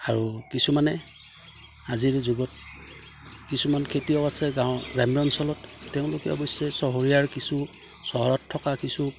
আৰু কিছুমানে আজিৰ যুগত কিছুমান খেতিয়ক আছে গাঁও গ্ৰাম্য অঞ্চলত তেওঁলোকে অৱশ্যে চহৰীয়াৰ কিছু চহৰত থকা কিছু